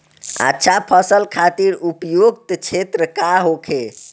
अच्छा फसल खातिर उपयुक्त क्षेत्र का होखे?